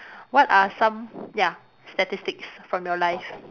what are some ya statistics from your life